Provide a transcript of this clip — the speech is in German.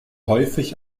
häufig